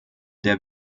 der